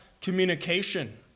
communication